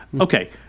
Okay